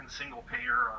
single-payer